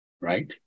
right